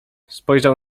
spojrzał